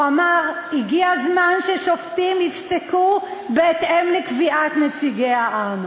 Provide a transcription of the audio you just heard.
הוא אמר: הגיע הזמן ששופטים יפסקו בהתאם לקביעת נציגי העם.